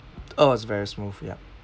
oh was very smooth yup